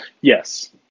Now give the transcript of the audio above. Yes